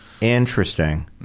Interesting